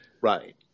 Right